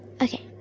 Okay